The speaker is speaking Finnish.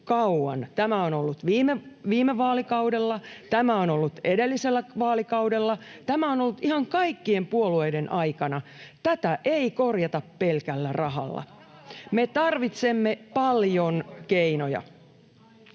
tämä on ollut viime vaalikaudella, tämä on ollut edellisellä vaalikaudella, tämä on ollut ihan kaikkien puolueiden aikana. Tätä ei korjata pelkällä rahalla. Me tarvitsemme paljon keinoja.